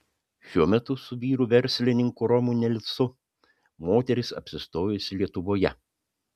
šiuo metu su vyru verslininku romu nelsu moteris apsistojusi lietuvoje